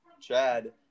Chad